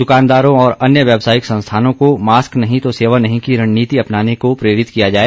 दुकानदारों और अन्य व्यावसायिक संस्थानों को मास्क नहीं तो सेवा नहीं की रणनीति अपनाने को प्रेरित किया जाए